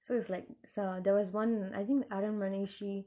so it's like some there was one I think aranmanai she